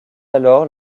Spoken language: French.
alors